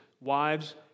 Wives